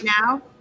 now